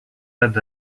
add